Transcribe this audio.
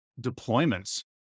deployments